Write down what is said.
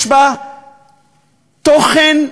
יש בה תוכן עמוק.